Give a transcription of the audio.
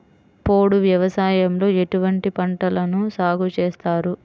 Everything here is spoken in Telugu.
పోడు వ్యవసాయంలో ఎటువంటి పంటలను సాగుచేస్తారు?